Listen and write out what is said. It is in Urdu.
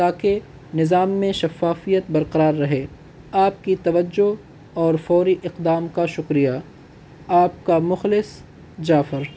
تاکہ نظام میں شفافیت برقرار رہے آپ کی توجہ اور فوری اقدام کا شکریہ آپ کا مخلص جعفر